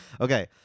Okay